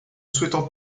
souhaitant